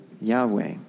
Yahweh